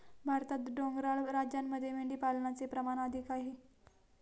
भारतात डोंगराळ राज्यांमध्ये मेंढीपालनाचे प्रमाण अधिक आहे